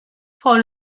for